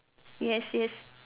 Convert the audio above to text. yes yes